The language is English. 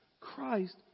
Christ